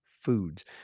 foods